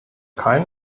kein